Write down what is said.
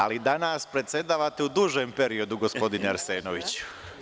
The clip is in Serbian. Ali, danas predsedavate u dužem periodu, gospodine Arsenoviću.